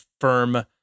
firm